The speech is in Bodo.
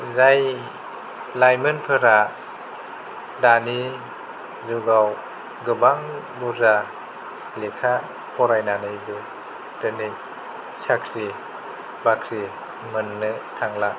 जाय लाइमोनफोरा दानि जुगाव गोबां बुर्जा लेखा फरायनानैबो दिनै साख्रि बाख्रि मोननो थांला